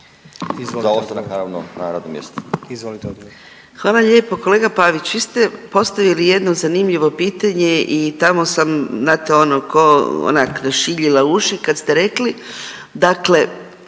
Hvala lijepo. Kolega Pavić vi ste postavili jedno zanimljivo pitanje i tamo sam znate ono ko onak našiljila uši kad ste rekli, dakle